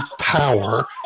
power